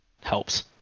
helps